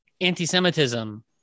anti-semitism